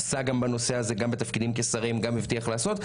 עסק בנושא הזה גם בתפקידו כשר וגם הבטיח לעשות.